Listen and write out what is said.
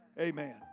amen